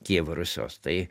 kijevo rusios tai